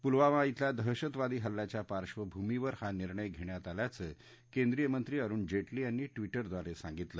पुलवामा झेल्या दहशतवादी हल्ल्याच्या पार्श्वभूमीवर हा निर्णय घेण्यात आल्याचं केंद्रीय मंत्री अरूण जेटली यांनी ट्विटरब्वारे सांगितलं